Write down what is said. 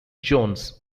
jones